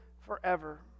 forever